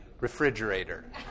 refrigerator